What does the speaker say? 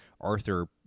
Arthur